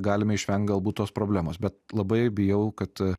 galime išvengt galbūt tos problemos bet labai bijau kad